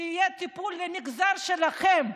שיהיה טיפול למגזר שלכם.